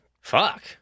fuck